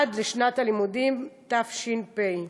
עד לשנת הלימודים התש"ף.